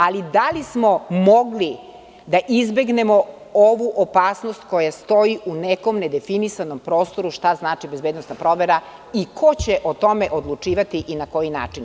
Ali, da li smo mogli da izbegnemo ovu opasnost koja stoji u nekom nedefinisanom prostoru šta znači bezbednosna provera i ko će o tome odlučivati i na koji način.